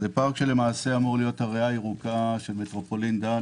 זה פארק שאמור להיות הריאה הירוקה של מטרופולין דן,